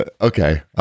Okay